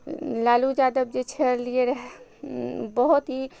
लालू यादब जे छलियै रहय बहुत ही